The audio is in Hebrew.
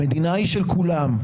המדינה היא של כולם.